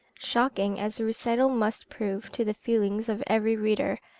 shocking as the recital must prove to the feelings of every reader,